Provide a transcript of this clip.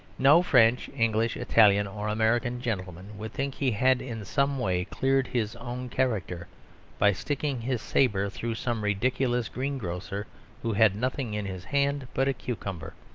no french, english, italian or american gentleman would think he had in some way cleared his own character by sticking his sabre through some ridiculous greengrocer who had nothing in his hand but a cucumber.